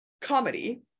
comedy